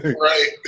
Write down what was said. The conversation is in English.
right